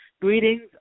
Greetings